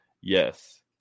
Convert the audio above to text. Yes